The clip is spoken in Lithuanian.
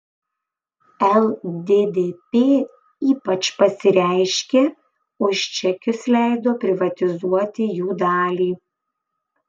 lddp ypač pasireiškė už čekius leido privatizuoti jų dalį